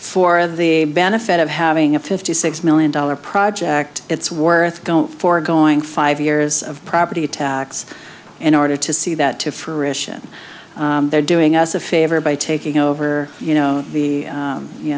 for the benefit of having a fifty six million dollar project it's worth going for going five years of property tax in order to see that to fruition they're doing us a favor by taking over you know the